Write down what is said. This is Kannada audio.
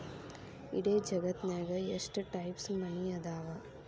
ಇಡೇ ಜಗತ್ತ್ನ್ಯಾಗ ಎಷ್ಟ್ ಟೈಪ್ಸ್ ಮನಿ ಅದಾವ